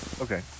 Okay